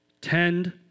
tend